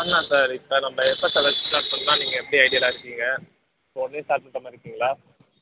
பண்ணலாம் சார் இப்போ நம்ம எப்போ சார் ஒர்க் ஸ்டார்ட் பண்ணலாம் நீங்கள் எப்படி ஐடியாவில் இருக்கீங்க இப்போ உடனே ஸ்டார்ட் பண்ணுற மாதிரி இருக்கீங்களா